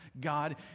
God